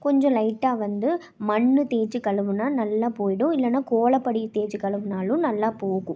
கொஞ்சம் லைட்டாக வந்து மண் தேய்ச்சி கழுவினா நல்லா போய்டும் இல்லைனா கோலப்பொடியை தேய்ச்சி கழுவினாலும் நல்லா போகும்